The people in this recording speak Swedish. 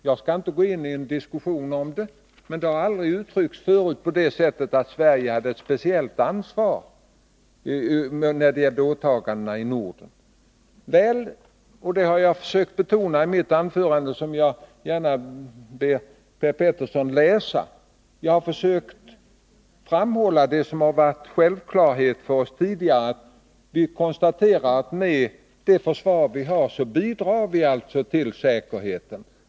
Jag skall inte gå in i en diskussion om det, men jag vill ändå framhålla att man aldrig tidigare uttryckt sig på det sättet att Sverige skulle ha ett speciellt ansvar när det gäller åtagandena i Norden — och det är väl. Det har jag försökt att betona i mitt huvudanförande, vilket Per Petersson gärna kan läsa. Jag har försökt framhålla det som tidigare varit en självklarhet för oss. Vi konstaterar att Sverige, med det försvar som vårt land har, bidrar till säkerheten.